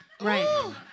Right